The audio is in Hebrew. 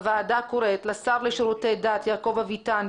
הוועדה קוראת לשר לשירותי דת יעקב אביטן,